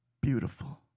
beautiful